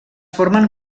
formen